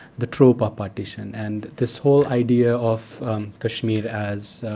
the trope of partition. and this whole idea of kashmir as